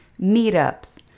Meetups